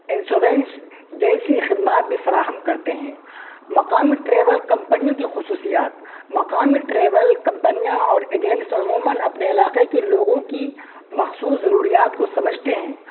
insurance جیسی خدمات بھی فراہم کرتے ہیں مقامی ٹریول کمپنیوں کی خصوصیات مقامی ٹریول کمپنیاں اور ایجنٹس عموماً اپنے علاقے کے لوگوں کی مخصوص ضروریات کو سمجھتے ہیں